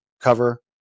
cover